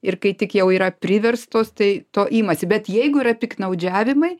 ir kai tik jau yra priverstos tai to imasi bet jeigu yra piktnaudžiavimai